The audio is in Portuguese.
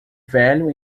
velho